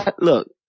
look